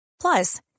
Plus